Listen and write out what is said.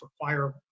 require